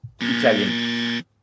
Italian